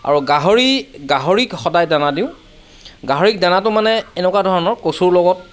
আৰু গাহৰি গাহৰিক সদাই দানা দিওঁ গাহৰিক দানাটো মানে এনেকুৱা ধৰণৰ কচুৰ লগত